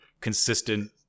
consistent